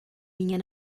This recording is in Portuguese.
minha